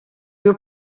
you